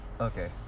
Okay